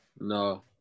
no